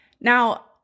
Now